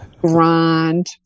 grind